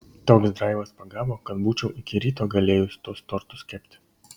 toks draivas pagavo kad būčiau iki ryto galėjus tuos tortus kepti